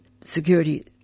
security